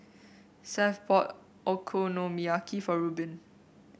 Seth bought Okonomiyaki for Rubin